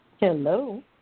Hello